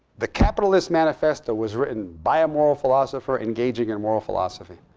the capitalist manifesto was written by a moral philosopher engaging in moral philosophy.